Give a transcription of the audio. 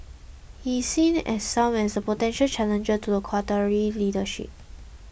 he is seen as some as potential challenger to the Qatari leadership